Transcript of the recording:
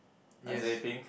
I say pink